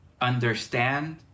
understand